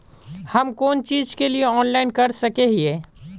हम कोन चीज के लिए ऑनलाइन कर सके हिये?